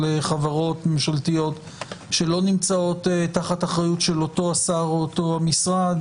של חברות ממשלתיות שלא נמצאות תחת אחריות של אותו שר או או אותו משרד,